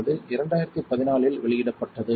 அது 2014 இல் வெளியிடப்பட்டது